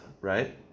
right